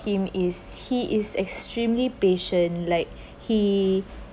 him is he is extremely patience like he